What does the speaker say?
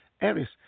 areas